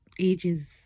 ages